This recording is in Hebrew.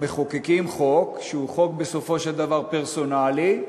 מחוקקים חוק שהוא חוק בסופו של דבר פרסונלי,